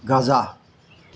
গজা